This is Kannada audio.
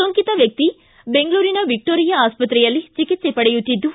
ಸೋಂಕಿತ ವ್ಯಕ್ತಿ ಬೆಂಗಳೂರಿನ ವಿಕ್ಟೋರಿಯಾ ಆಸ್ಪತ್ತೆಯಲ್ಲಿ ಚಿಕಿತ್ಸೆ ಪಡೆಯುತ್ತಿದ್ದು